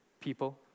people